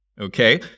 okay